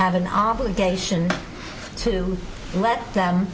have an obligation to let them